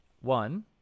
one